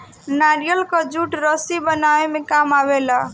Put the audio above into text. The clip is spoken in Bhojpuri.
नारियल कअ जूट रस्सी बनावे में काम आवेला